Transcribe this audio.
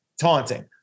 taunting